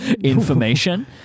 information